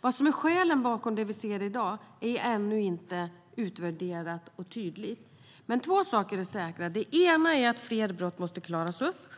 Vad som är skälen bakom det som vi ser hända i dag är ännu inte utvärderat och tydligt, men två saker är säkra. Det ena är att fler brott måste klaras upp.